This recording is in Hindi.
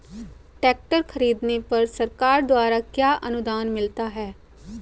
ट्रैक्टर खरीदने पर सरकार द्वारा क्या अनुदान मिलता है?